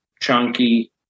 chunky